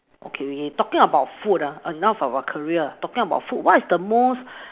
okay talking about food ah enough about career talking about food what is the most